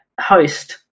host